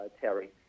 Terry